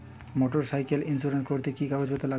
Motorcycle insurance করতে কি কি কাগজ লাগবে?